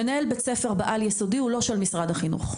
מנהל בית ספר בעל יסודי הוא לא של משרד החינוך.